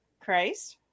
Christ